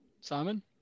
Simon